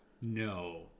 no